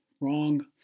wrong